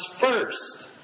first